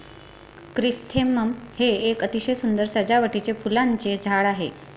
chrysanthemum हे एक अतिशय सुंदर सजावटीचे फुलांचे झाड आहे